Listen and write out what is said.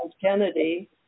Kennedy